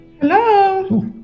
Hello